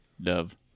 dove